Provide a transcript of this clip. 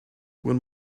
when